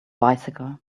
bicycle